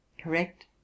Correct